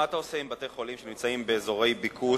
מה אתה עושה עם בתי-חולים שנמצאים באזורי ביקוש,